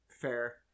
fair